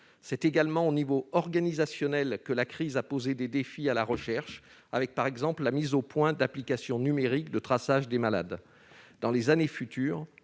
C'est également à l'échelon organisationnel que la crise a posé des défis à la recherche, par exemple avec la mise au point d'applications numériques de traçage des malades. Dans les années futures,